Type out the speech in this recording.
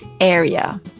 area